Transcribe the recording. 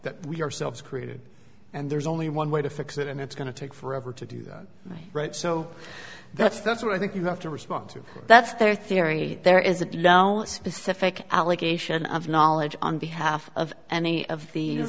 that we ourselves created and there's only one way to fix it and it's going to take forever to do that right so that's that's what i think you have to respond to that's their theory that there is a specific allegation of knowledge on behalf of any of the